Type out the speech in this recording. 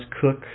cook